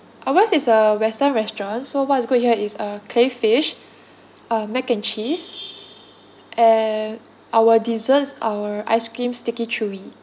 ours is a western restaurant so what is good here is a crayfish uh mac and cheese and our desserts our ice cream sticky chewy